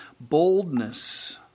boldness